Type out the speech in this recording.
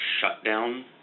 shutdown